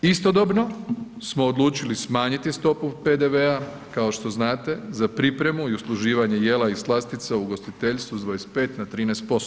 Istodobno smo odlučili smanjiti stopu PDV-a kao što znate za pripremu i usluživanje jela i slastica u ugostiteljstvu s 25 na 13%